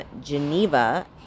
Geneva